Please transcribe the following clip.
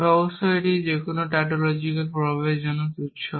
তবে অবশ্যই এটি যেকোন টাউটোলজিকাল প্রভাবের জন্য তুচ্ছ